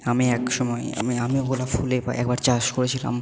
আমি এক সময় আমি গোলাপ ফুলের একবার চাষ করেছিলাম